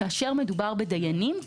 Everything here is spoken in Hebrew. כאשר מדובר בדיינים,